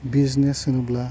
business होनोब्ला